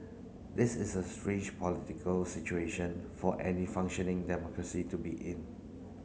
this is a strange political situation for any functioning democracy to be in